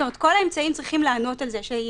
כל האמצעים צריכים לענות על זה שהיא